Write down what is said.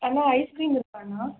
Anna ice cream இருக்காண்ணா